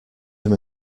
him